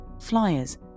flyers